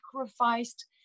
sacrificed